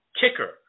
kicker